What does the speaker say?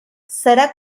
serà